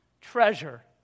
treasure